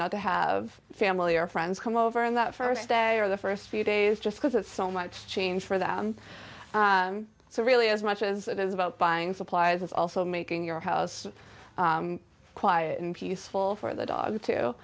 not to have family or friends come over on that st day or the st few days just because of so much change for them so really as much as it is about buying supplies it's also making your house quiet and peaceful for the dog too